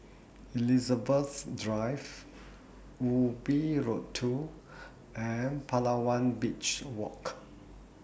Elizabeth Drive Ubi Road two and Palawan Beach Walk